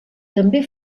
també